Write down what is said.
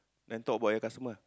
then talk about your customer ah